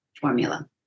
formula